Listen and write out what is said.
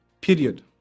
period